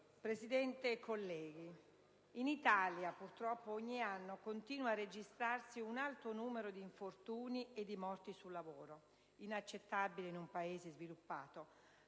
considerato che in Italia ogni anno continua a registrarsi un alto numero di infortuni e di morti sul lavoro, inaccettabile in un Paese sviluppato,